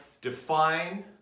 define